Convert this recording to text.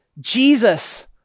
Jesus